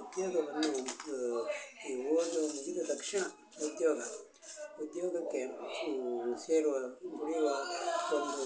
ಉದ್ಯೋಗವನ್ನು ಈ ಓದು ಮುಗಿದ ತಕ್ಷಣ ಉದ್ಯೋಗ ಉದ್ಯೋಗಕ್ಕೆ ಸೇರುವ ದುಡಿಯುವ ಒಂದು